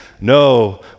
no